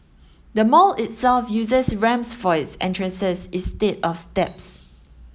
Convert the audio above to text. the mall itself uses ramps for its entrances instead of steps